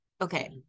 Okay